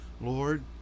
Lord